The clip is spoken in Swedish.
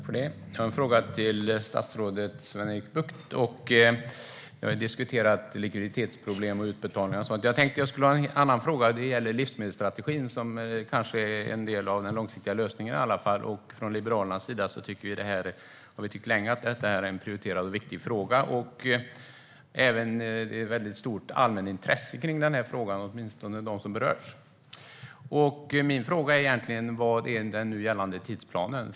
Herr talman! Jag har en fråga till statsrådet Sven-Erik Bucht. Vi har diskuterat likviditetsproblem, utbetalningar och sådant, men min fråga gäller något annat, nämligen livsmedelsstrategin, som kan vara en del av den långsiktiga lösningen. Vi i Liberalerna har länge tyckt att det är en prioriterad och viktig fråga, och det finns även ett stort allmänintresse kring den, åtminstone hos dem som berörs. Min fråga är: Vad är den nu gällande tidsplanen?